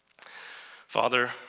Father